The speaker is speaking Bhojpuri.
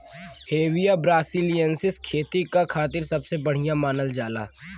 हेविया ब्रासिलिएन्सिस खेती क खातिर सबसे बढ़िया मानल जाला